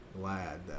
glad